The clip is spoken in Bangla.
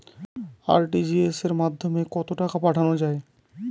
আর.টি.জি.এস এর মাধ্যমে কত টাকা পাঠানো যায়?